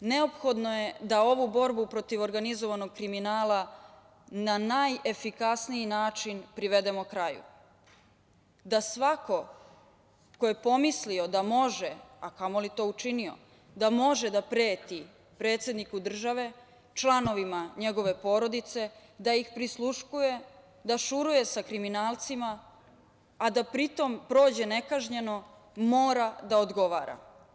neophodno da ovu borbu protiv organizovanog kriminala na najefikasniji način privedemo kraju, da svako ko je pomislio da može, a kamo li to učinio, da može da preti predsedniku države, članovima njegove porodice, da ih prisluškuje, da šuruje sa kriminalcima, a da pri tom prođe nekažnjeno, mora da odgovara.